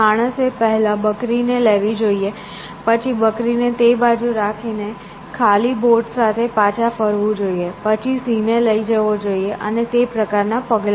માણસે પહેલા બકરીને લેવી જોઈએ પછી બકરીને તે બાજુ રાખીને ખાલી બોટ સાથે પાછા ફરવું જોઈએ પછી સિંહને લઈ જવો જોઈએ અને તે પ્રકારના પગલાં